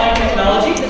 technology,